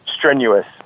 strenuous